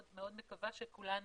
אני מקווה שכולן